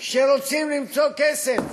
כשרוצים למצוא כסף